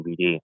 DVD